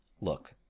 look –